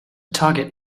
target